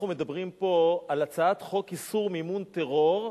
אנחנו מדברים פה על הצעת חוק איסור מימון טרור,